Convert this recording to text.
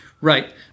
Right